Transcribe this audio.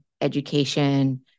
education